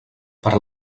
per